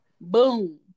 boom